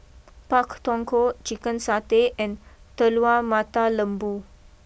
Pak Thong Ko Chicken Satay and Telur Mata Lembu